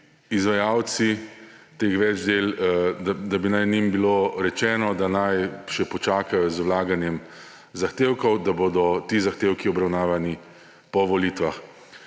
izvajalcem teh več del rečeno, da naj še počakajo z vlaganjem zahtevkov, da bodo ti zahtevki obravnavani po volitvah.